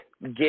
Get